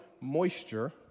moisture